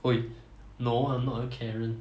!oi! no I'm not a karen